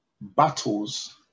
battles